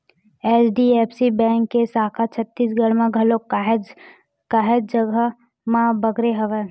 HDFC bank के साखा ह छत्तीसगढ़ म घलोक काहेच जघा म बगरे हवय